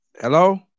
Hello